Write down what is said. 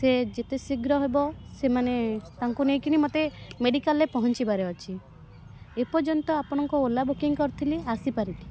ସେ ଯେତେ ଶୀଘ୍ର ହେବ ସେମାନେ ତାଙ୍କୁ ନେଇକରି ମୋତେ ମେଡ଼ିକାଲ୍ରେ ପହଞ୍ଚିବାର ଅଛି ଏପର୍ଯ୍ୟନ୍ତ ଆପଣଙ୍କ ଓଲା ବୁକିଙ୍ଗ୍ କରିଥିଲି ଆସିପାରିନି